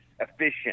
efficient